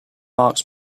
marks